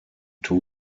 two